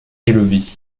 élevée